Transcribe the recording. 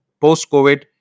Post-COVID